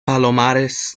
palomares